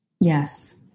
Yes